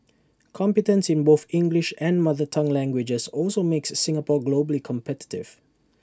competence in both English and mother tongue languages also makes Singapore globally competitive